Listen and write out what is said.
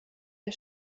der